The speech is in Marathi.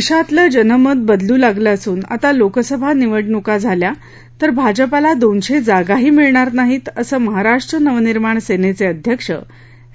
देशातलं जनमत बदलू लागले असून आता लोकसभा निवडणूक झाल्या तर भाजपाला दोनशे जागाही मिळणार नाहीत असं महाराष्ट्र नवनिर्माण सेनेचे अध्यक्ष